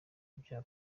ibya